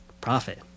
profit